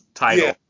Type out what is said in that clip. title